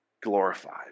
glorified